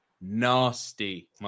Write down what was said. Nasty